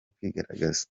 kwigaragaza